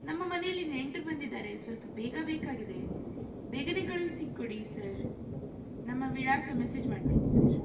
ನಮ್ಮ ಮನೆಯಲ್ಲಿ ನೆಂಟ್ರು ಬಂದಿದ್ದಾರೆ ಸ್ವಲ್ಪ ಬೇಗ ಬೇಕಾಗಿದೆ ಬೇಗನೇ ಕಳುಹಿಸಿಕೊಡಿ ಸರ್ ನಮ್ಮ ವಿಳಾಸ ಮೆಸೇಜ್ ಮಾಡ್ತೀನಿ ಸರ್